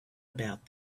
about